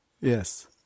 yes